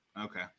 Okay